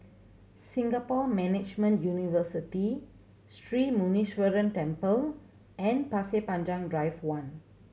Singapore Management University Sri Muneeswaran Temple and Pasir Panjang Drive One